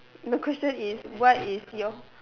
the question is what is your